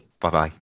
Bye-bye